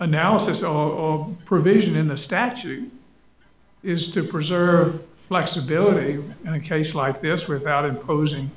analysis of provision in the statute is to preserve flexibility in a case like this without imposing